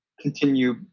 continue